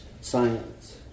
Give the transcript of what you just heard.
science